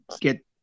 get